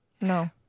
No